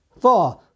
four